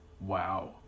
Wow